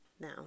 Now